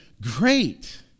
great